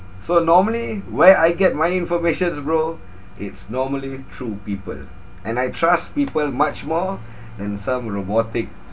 so normally where I get my informations bro it's normally through people and I trust people much more than some robotic